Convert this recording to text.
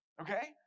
Okay